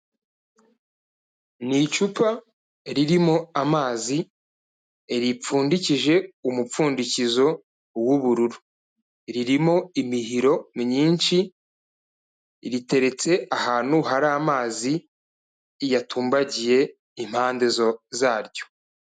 Ni icupa ririmo amazi ripfundikije umupfundikizo w'ubururu, ririmo imihiro myinshi, riteretse ahantu hari amazi yatumbagiye impande zaryo.